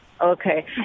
Okay